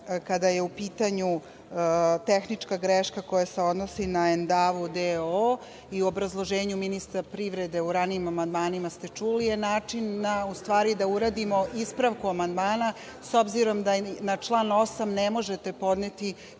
kada je u pitanju tehnička greška koja se odnosi na „Endavu“ d.o.o. i u obrazloženju ministra privrede u ranijim amandmanima ste čuli, je način u stvari da uradimo ispravku amandmana, s obzirom da je na član 8. ne možete podneti